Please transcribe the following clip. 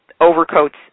overcoats